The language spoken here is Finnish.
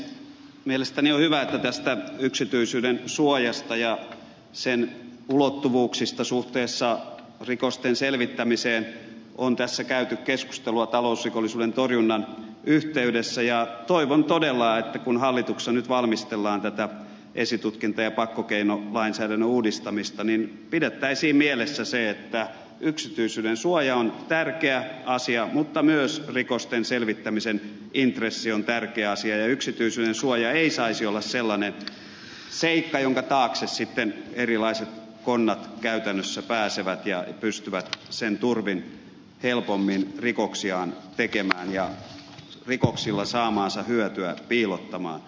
mielestäni on hyvä että tästä yksityisyyden suojasta ja sen ulottuvuuksista suhteessa rikosten selvittämiseen on tässä käyty keskustelua talousrikollisuuden torjunnan yhteydessä ja toivon todella että kun hallituksessa nyt valmistellaan tätä esitutkinta ja pakkokeinolainsäädännön uudistamista niin pidettäisiin mielessä se että yksityisyyden suoja on tärkeä asia mutta myös rikosten selvittämisen intressi on tärkeä asia ja yksityisyydensuoja ei saisi olla sellainen seikka jonka taakse sitten erilaiset konnat käytännössä pääsevät ja pystyvät sen turvin helpommin rikoksiaan tekemään ja rikoksilla saamaansa hyötyä piilottamaan